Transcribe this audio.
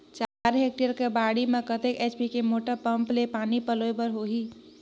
चार हेक्टेयर के बाड़ी म कतेक एच.पी के मोटर पम्म ले पानी पलोय बर होही?